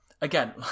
again